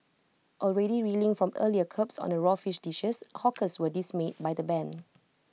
already reeling from earlier curbs on the raw fish dishes hawkers were dismayed by the ban